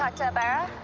ah to abara?